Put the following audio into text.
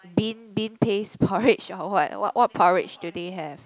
bean bean paste porridge or what what porridge do they have